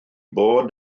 bod